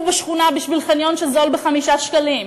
בשכונה בשביל לחנות בחניון שזול ב-5 שקלים,